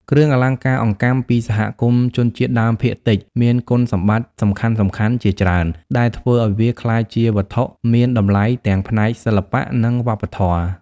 គ្រឿងអលង្ការអង្កាំពីសហគមន៍ជនជាតិដើមភាគតិចមានគុណសម្បត្តិសំខាន់ៗជាច្រើន ដែលធ្វើឱ្យវាក្លាយជាវត្ថុមានតម្លៃទាំងផ្នែកសិល្បៈ និងវប្បធម៌។